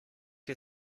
you